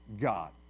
God